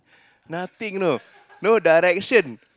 nothing you know no direction